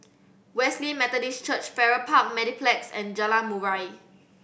Wesley Methodist Church Farrer Park Mediplex and Jalan Murai